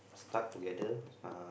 start together